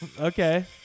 Okay